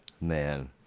Man